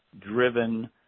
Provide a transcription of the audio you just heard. driven